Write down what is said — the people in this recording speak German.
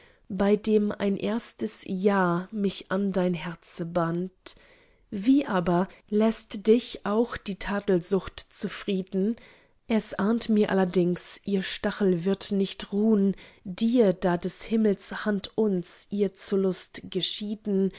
bei dem ein erstes ja mich an dein herze band wie aber läßt dich auch die tadelsucht zufrieden es ahnt mir allerdings ihr stachel wird nicht ruhn dir da des himmels hand uns ihr zur lust geschieden